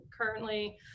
currently